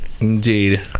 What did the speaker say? Indeed